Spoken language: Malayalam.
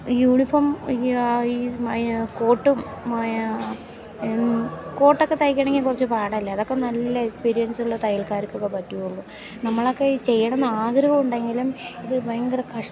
യൂണിഫോം ഈ കോട്ടും കോട്ടൊക്കെ തയ്ക്കണമെങ്കിൽ കുറച്ച് പാടല്ലേ അതൊക്കെ നല്ല എക്സ്പീരിയൻസുള്ള തയ്യൽക്കാർക്കൊക്കെ പറ്റുള്ളൂ നമ്മളൊക്കെ ഈ ചെയ്യണം എന്ന് ആഗ്രഹം ഉണ്ടെങ്കിലും ഇത് ഭയങ്കര കഷ്ടം